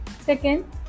Second